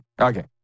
Okay